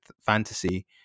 fantasy